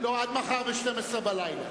והוא מדבר עד מחר בשתיים-עשרה בלילה.